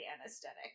anesthetic